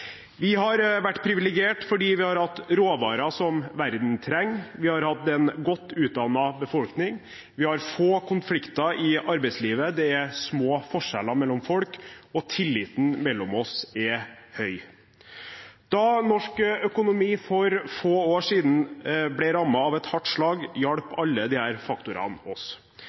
Vi har vært privilegert fordi vi har hatt råvarer som verden trenger, vi har hatt en godt utdannet befolkning, vi har få konflikter i arbeidslivet, det er små forskjeller mellom folk, og tilliten mellom oss er høy. Da norsk økonomi for få år siden ble rammet av et hardt slag, hjalp alle disse faktorene oss.